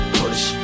push